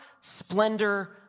splendor